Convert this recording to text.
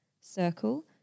circle